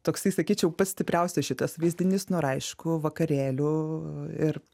toksai sakyčiau pats stipriausias šitas vaizdinys nu ir aišku vakarėlių ir